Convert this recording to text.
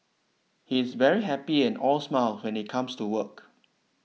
he is very happy and all smiles when he comes to work